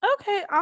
Okay